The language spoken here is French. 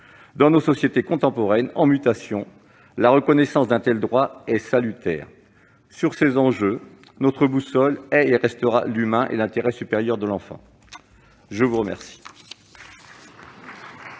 Dans nos sociétés contemporaines en mutation, la reconnaissance d'un tel droit est salutaire. Sur ces enjeux, notre boussole est et restera l'humain et l'intérêt supérieur de l'enfant. La parole